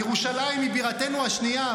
ירושלים היא בירתנו השנייה.